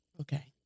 okay